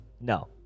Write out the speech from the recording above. No